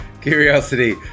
curiosity